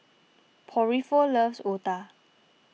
Porfirio loves Otah